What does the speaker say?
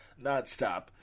nonstop